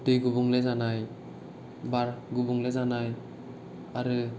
दै गुबुंले जानाय बार गुबुंले जानाय आरो